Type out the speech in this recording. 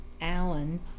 Alan